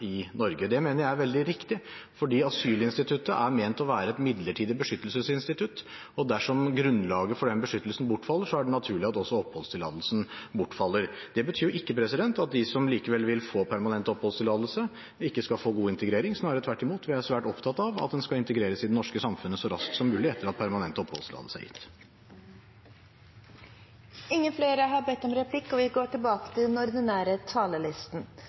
i Norge. Det mener jeg er riktig, fordi asylinstituttet er ment å være et midlertidig beskyttelsesinstitutt. Dersom grunnlaget for beskyttelsen bortfaller, er det naturlig at også oppholdstillatelsen bortfaller. Det betyr ikke at de som likevel vil få permanent oppholdstillatelse, ikke skal få god integrering – snarere tvert imot. Vi er svært opptatt av at en skal integreres i det norske samfunnet så raskt som mulig etter at permanent oppholdstillatelse er gitt. Replikkordskiftet er over. Det viktigste byggeprosjektet for både staten og